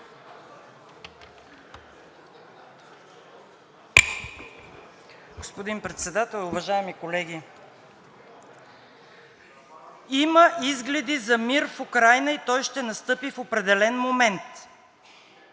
Господин Председател, уважаеми колеги! „Има изгледи за мир в Украйна и той ще настъпи в определен момент!“,